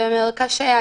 זה מאוד קשה.